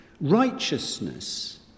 Righteousness